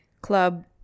club